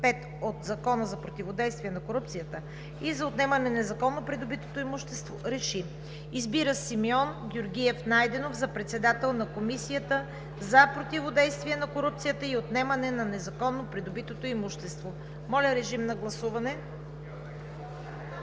от Закона за противодействие на корупцията и за отнемане на незаконно придобитото имущество РЕШИ: Избира Сотир Стефанов Цацаров за председател на Комисията за противодействие на корупцията и за отнемане на незаконно придобитото имущество.“ Гласували